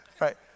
right